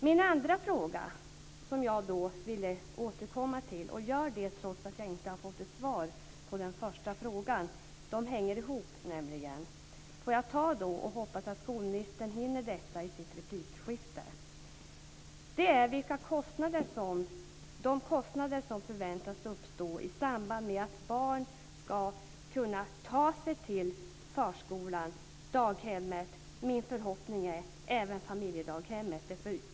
Min andra fråga kommer jag nu till, trots att jag inte har fått svar på den första frågan. De hänger nämligen ihop. Jag hoppas att skolministern hinner besvara dem i nästa replikskifte. Hur ska man hantera de kostnader som förväntas uppstå i samband med att barn ska ta sig till förskolan, daghemmet och - är min förhoppning - även familjedaghemmet?